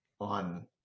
on